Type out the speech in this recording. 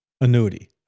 annuity